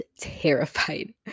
terrified